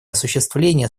осуществления